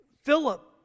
Philip